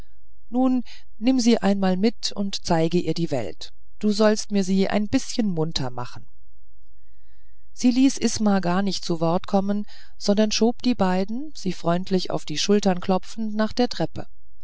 nun nimm sie einmal mit und zeig ihr die welt du sollst mir sie ein bißchen munter machen sie ließ isma gar nicht zu wort kommen sondern schob die beiden sie freundlich auf die schulter klopfend nach der treppe